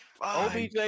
OBJ